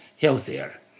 healthier